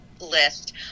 list